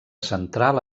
central